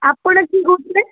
ଆପଣ କିଏ କହୁଥିଲେ